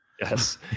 Yes